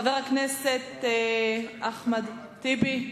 חבר הכנסת אחמד טיבי?